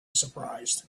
surprised